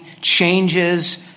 changes